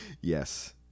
Yes